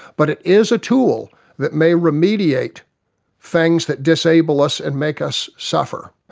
but it is a tool that may remediate things that disable us and make us suffer.